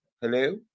Hello